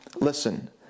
listen